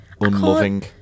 Unloving